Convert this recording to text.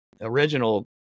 original